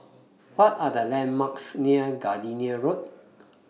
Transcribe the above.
What Are The landmarks near Gardenia Road